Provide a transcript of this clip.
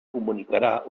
comunicarà